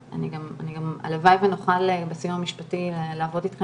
הלוואי ונוכל בסיוע המשפטי לעבוד איתכם